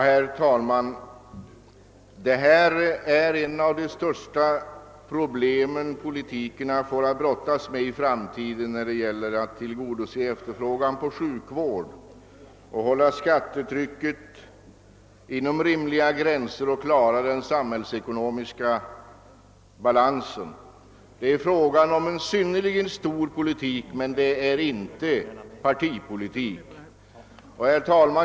Herr talman! Att tillgodose efterfrågan på sjukvård men ändå hålla skattetrycket inom rimliga gränser och klara den samhällsekonomiska balansen kommer att bli ett av de största problem som politikerna får brottas med i framtiden. Det gäller här en synnerligen stor politisk fråga, men inte en partipolitisk fråga.